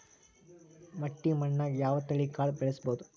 ಮಟ್ಟಿ ಮಣ್ಣಾಗ್, ಯಾವ ತಳಿ ಕಾಳ ಬೆಳ್ಸಬೋದು?